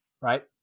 right